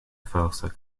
falsa